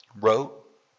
wrote